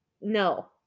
no